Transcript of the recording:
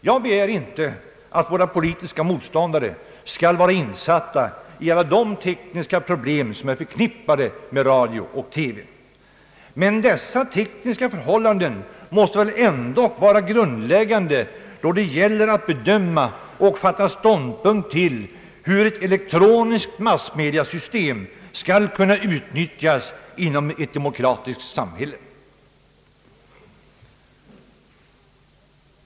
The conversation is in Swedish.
Jag begär inte att våra politiska motståndare skall vara insatta i alla de tekniska problem som är förknippade med radio och TV, men dessa tekniska förhållanden måste väl ändock vara grundläggande då det gäller att bedöma och ta ståndpunkt till hur ett elektroniskt massmediasystem skall kunna utnyttjas inom ett demokratiskt samhälle.